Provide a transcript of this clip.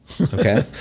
okay